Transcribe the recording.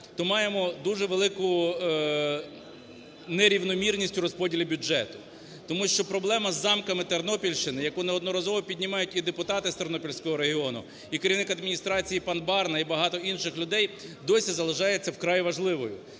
то маємо дуже велику нерівномірність у розподілі бюджету. Тому що проблема з замками Тернопільщини, яку неодноразово піднімають і депутати з Тернопільського регіону, і керівник адміністрації пан Барна, і багато інших людей, досі залишається вкрай важливою.